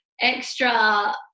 extra